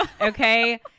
Okay